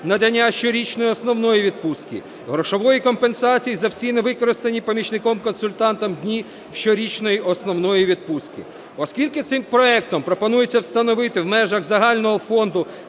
надання щорічної основної відпустки, грошової компенсації за всі не використані помічником-консультантом дні щорічної основної відпустки. Оскільки цим проектом пропонується встановити в межах загального фонду